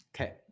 okay